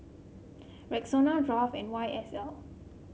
Rexona Kraft and Y S L